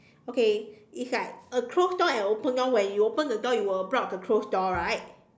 okay it's like a closed door and open door when you open the door you will block the closed door right